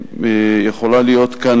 יכולה להיות כאן,